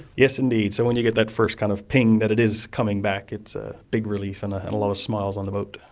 yes indeed, so when you get that first kind of ping that it is coming back, it's a big relief and a and a lot of smiles on the boat.